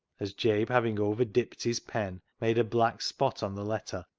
as jabe, having over-dipped his pen, made a black spot on the letter,